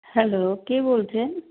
hello কে বলছেন